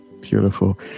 Beautiful